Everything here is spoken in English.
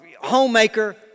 homemaker